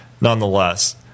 nonetheless